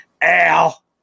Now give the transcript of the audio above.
Al